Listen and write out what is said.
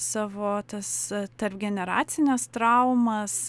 savo tas tarpgeneracines traumas